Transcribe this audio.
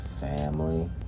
family